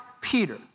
Peter